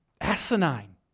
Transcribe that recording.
asinine